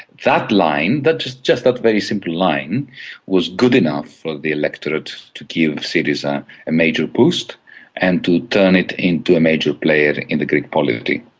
that line just just that very simple line was good enough for the electorate to give syriza a major boost and to turn it into a major player in the greek polity.